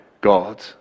God